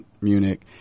Munich